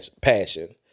passion